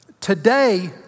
Today